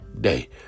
day